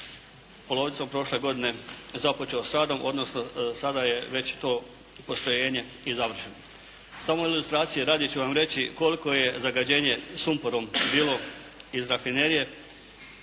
polovicom prošle godine započeo s radom, odnosno sada je već to postrojenje i završeno. Samo ilustracije radi ću vam reći koliko je zagađenje sumporom bilo iz rafinerije,